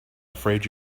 afraid